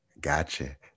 Gotcha